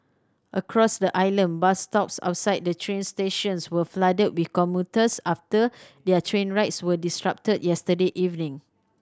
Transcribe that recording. across the island bus stops outside the train stations were flooded with commuters after their train rides were disrupted yesterday evening